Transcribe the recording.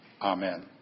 Amen